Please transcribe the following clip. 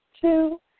Two